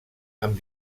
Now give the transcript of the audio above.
amb